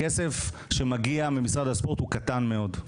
הכסף שמגיע ממשרד הספורט הוא קטן מאוד,